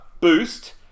boost